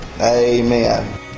Amen